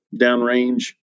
downrange